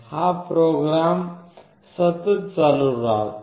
हा प्रोग्राम सतत चालू राहतो